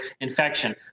infection